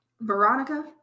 Veronica